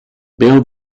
bail